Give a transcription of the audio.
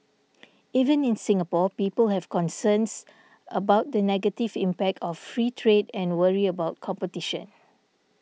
even in Singapore people have concerns about the negative impact of free trade and worry about competition